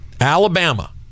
Alabama